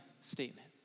statement